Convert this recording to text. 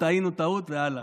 טעות, טעינו, טעות והלאה.